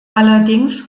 allerdings